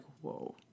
whoa